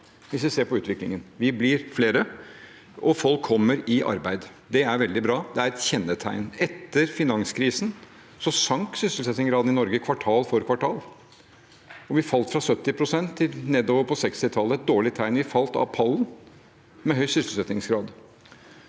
hvis vi ser på utviklingen. Vi blir flere, og folk kommer i arbeid. Det er veldig bra – det er et kjennetegn. Etter finanskrisen sank sysselsettingsgraden i Norge kvartal for kvartal, og vi falt fra 70 pst. til nedover på 60-tallet – et dårlig tegn. Vi falt ned av pallen med hensyn til høy sysselsettingsgrad.